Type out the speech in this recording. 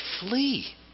flee